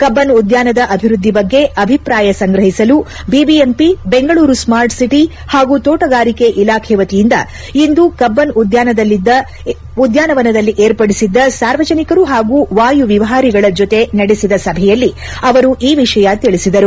ಕಬ್ಲನ್ ಉದ್ಘಾನದ ಅಭಿವೃದ್ಧಿ ಬಗ್ಗೆ ಅಭಿಪ್ರಾಯ ಸಂಗ್ರಹಿಸಲು ಬಿಬಿಎಂಪಿ ಬೆಂಗಳೂರು ಸ್ವಾರ್ಟ್ ಸಿಟಿ ಪಾಗೂ ತೋಟಗಾರಿಕಾ ಇಲಾಖೆ ವತಿಯಿಂದ ಇಂದು ಕಬ್ಬನ್ ಉದ್ಯಾನವನದಲ್ಲಿ ವಿರ್ಪಡಿಸಿದ್ದ ಸಾರ್ವಜನಿಕರು ಹಾಗೂ ವಾಯುವಿಹಾರಿಗಳ ಜೊತೆ ನಡೆಸಿದ ಸಭೆಯಲ್ಲಿ ಅವರು ಈ ವಿಷಯ ತಿಳಿಸಿದರು